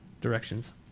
directions